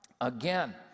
again